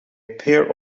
appear